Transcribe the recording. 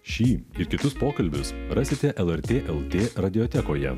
šį ir kitus pokalbius rasite lrt lt radiotekoje